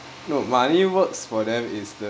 no money works for them is the